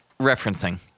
referencing